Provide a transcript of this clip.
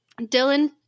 Dylan